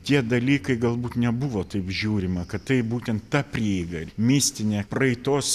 tie dalykai galbūt nebuvo taip žiūrima kad tai būtent ta prieiga mistinė praeitos